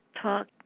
talk